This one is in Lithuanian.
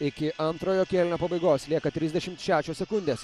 iki antrojo kėlinio pabaigos lieka trisdešimt šešios sekundės